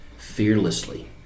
fearlessly